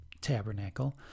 tabernacle